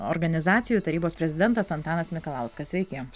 organizacijų tarybos prezidentas antanas mikalauskas sveiki